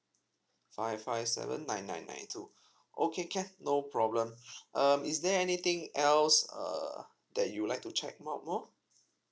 five five seven nine nine nine two okay can no problem um is there anything else err that you would like to check what more